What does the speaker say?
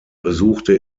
besuchte